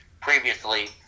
previously